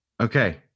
okay